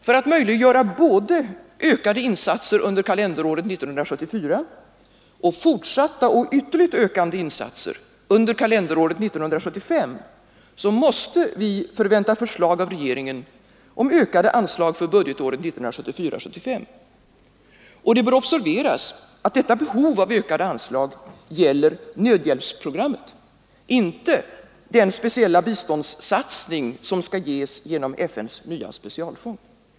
För att möjliggöra både ökade insatser under kalenderåret 1974 och fortsatta och ytterligare ökande insatser under kalenderåret 1975 måste vi förvänta förslag av regeringen om ökade anslag för budgetåret 1974/75. Och det bör observeras att detta behov av ökade anslag gäller nödhjälpsprogrammet, inte den speciella biståndssatsning som skall ske genom FN:s nya specialfond.